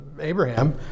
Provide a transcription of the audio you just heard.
Abraham